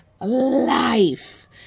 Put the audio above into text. life